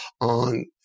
on